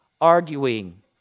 arguing